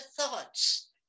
thoughts